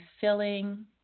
filling